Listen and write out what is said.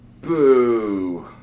Boo